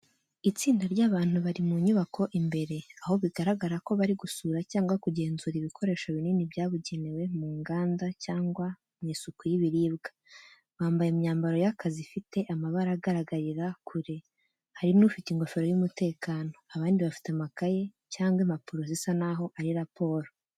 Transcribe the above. Itsinda ry’abantu bari mu nyubako imbere, aho bigaragara ko bari gusura cyangwa kugenzura ibikoresho binini byabugenewe mu nganda cyangwa mu isuku y’ibiribwa. Bambaye imyambaro y’akazi zifite amabara agaragarira kure, hari n'ufite ingofero y’umutekano, abandi bafite amakaye cyangwa impapuro zisa n’aho ari raporo.